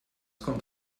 kommt